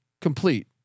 complete